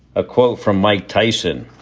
a quote from mike tyson.